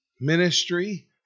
ministry